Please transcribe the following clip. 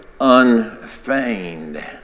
unfeigned